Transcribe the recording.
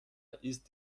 ist